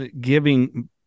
giving